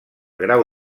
grau